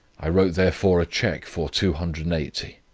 i wrote therefore a cheque for two hundred and eighty